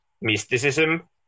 mysticism